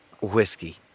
Whiskey